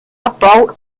abbau